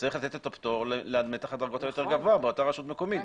צריך לתת את הפטור למתח הדרגות היותר גבוה באותה רשות מקומיות.